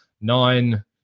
nine